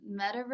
Metaverse